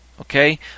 Okay